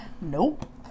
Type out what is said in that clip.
Nope